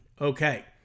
Okay